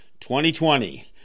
2020